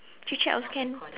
chit chat also can